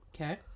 okay